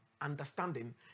understanding